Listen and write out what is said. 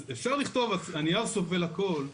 אז אפשר לכתוב, הנייר סובל הכול,